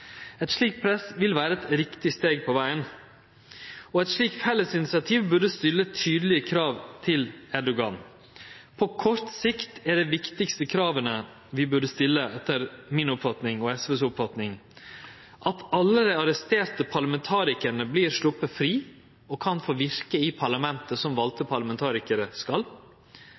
Eit slikt press vil vere eit riktig steg på vegen, og eit slikt felles initiativ bør stille tydelege krav til Erdogan. På kort sikt er dei viktigaste krava vi bør stille, etter mi og SVs oppfatning, at alle dei arresterte parlamentarikarane vert sleppte fri og kan få verke i parlamentet som valde parlamentarikarar skal,